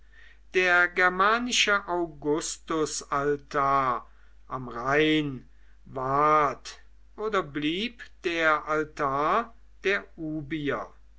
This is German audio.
der germanische augustusaltar am rhein ward oder blieb der altar der ubier